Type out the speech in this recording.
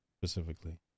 specifically